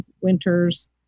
winters